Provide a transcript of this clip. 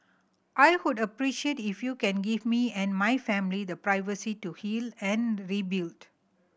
I would appreciate if you can give me and my family the privacy to heal and rebuild